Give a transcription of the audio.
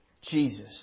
Jesus